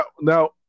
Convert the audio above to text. now